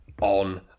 on